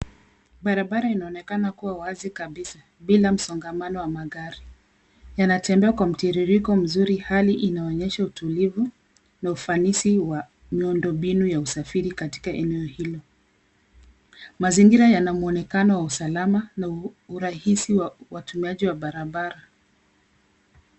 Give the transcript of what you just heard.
Barabara inaonekana kuwa wazi kabisaa. Bila msongamano wa magari .Yanatembea kwa mtiririko mzuri .Hali inaonyesha utulivu na ufanisi wa miundo mbinu ya usafiri katika eneo hilo. Mazingira yana muonekano wa usalama. Na urahisi wa watumiaji wa barabara.